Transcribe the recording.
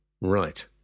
Right